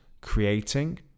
creating